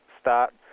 start